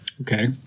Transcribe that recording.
Okay